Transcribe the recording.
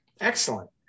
Excellent